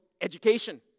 education